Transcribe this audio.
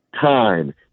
time